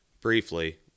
briefly